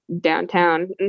downtown